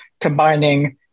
combining